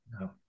No